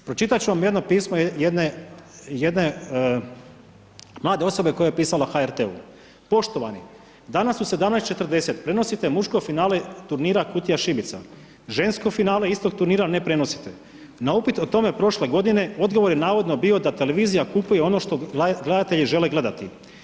Pročitat ću vam jedno pismo jedne, jedne mlade osobe koja je pisala HRT-u: „Poštovani, danas u 17,40 prenosite muško finale turnira Kutija šibica, žensko finale istog turnira ne prenosite, na upit o tome prošle godine, odgovor je navodno bio da televizija kupuje ono što gledatelji žele gledati.